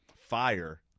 Fire